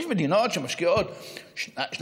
אבל יש מדינות שמשקיעות 2.5%,